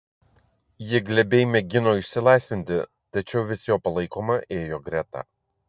ji glebiai mėgino išsilaisvinti tačiau vis jo palaikoma ėjo greta